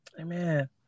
Amen